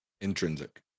Intrinsic